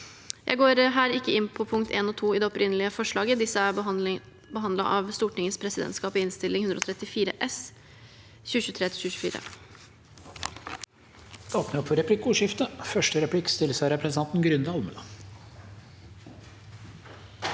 Jeg går her ikke inn på punkt 1 og 2 i det opprinnelige forslaget. Disse er behandlet av Stortingets presidentskap i Innst. 134 S for